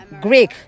Greek